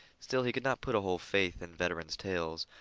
still, he could not put a whole faith in veteran's tales,